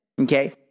Okay